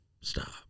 stop